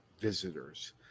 visitors